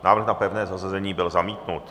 Návrh na pevné zařazení byl zamítnut.